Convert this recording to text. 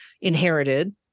inherited